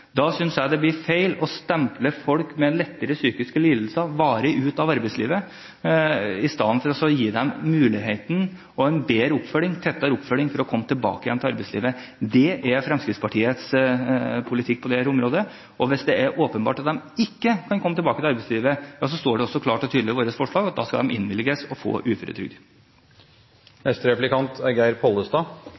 Da synes jeg det blir feil å stemple folk med lettere psykiske lidelser varig ut av arbeidslivet i stedet for å gi dem muligheten til ved en bedre og tettere oppfølging å komme tilbake i arbeidslivet. Det er Fremskrittspartiets politikk på dette området. Hvis det er åpenbart at de ikke kan komme tilbake til arbeidslivet, står det også klart og tydelig i vårt forslag at de skal innvilges og få